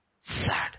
sad